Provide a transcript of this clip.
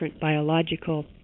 biological